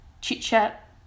chit-chat